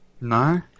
No